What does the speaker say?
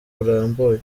burambuye